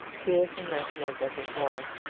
fierce and merciless as it was,